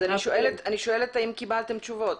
קיבלתם תשובות?